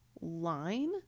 line